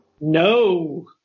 No